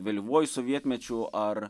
vėlyvuoju sovietmečiu ar